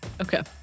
Okay